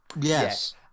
Yes